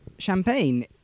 Champagne